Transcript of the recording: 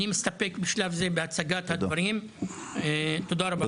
אני מסתפק בשלב זה בהצגת הנתונים, תודה רבה.